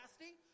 nasty